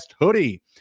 hoodie